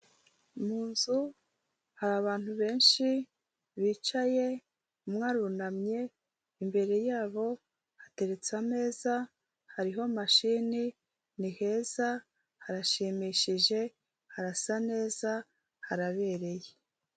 Mu nzu hari abantu benshi bicaye, umwe arunamye, imbere yabo hateretse ameza, hariho mashini, ni heza harashimishije harasa neza, harabereye.